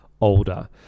older